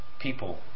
people